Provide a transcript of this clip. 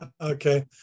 Okay